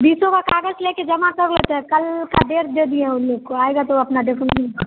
बीसों का कागज़ लेके जमा कर लेते हैं कल का डेट दे दिए हैं उन लोग को आएगा तो अपना देखूँगी